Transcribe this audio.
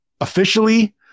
officially